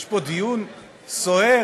יש פה דיון סוער,